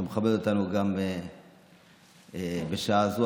שמכבד אותנו בשעה זו,